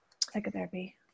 psychotherapy